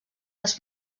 les